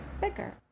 bigger